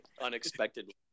unexpectedly